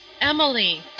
Emily